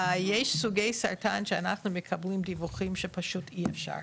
יש סוגי סרטן שאנחנו מקבלים דיווחים שפשוט אי אפשר,